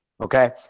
Okay